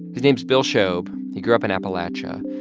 his name's bill shobe. he grew up in appalachia.